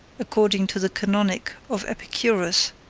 according to the canonic of epicurus,